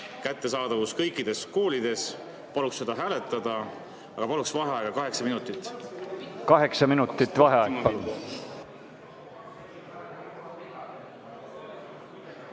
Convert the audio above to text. kättesaadavust kõikides koolides. Paluks seda hääletada. Paluksin vaheaega kaheksa minutit. Kaheksa minutit vaheaega.